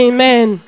Amen